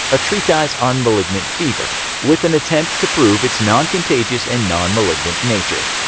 a treatise on malignant fever with an attempt to prove its non-contagious and non-malignant nature.